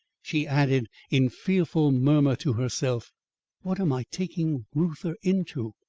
she added in fearful murmur to herself what am i taking reuther into?